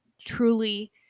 truly